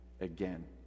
again